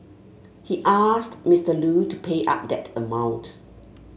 he asked Mister Lu to pay up that amount